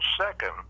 second